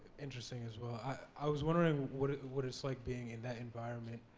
interesting, as well. i was wondering what what it's like being in that environment,